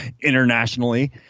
internationally